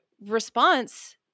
response